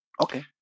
okay